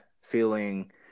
feeling